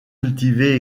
cultivée